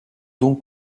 donc